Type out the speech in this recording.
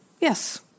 yes